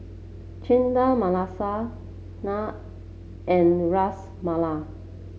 Chana Masala Naan and Ras Malai